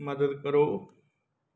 ਮਦਦ ਕਰੋ